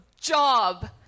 Job